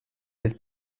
fydd